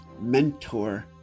mentor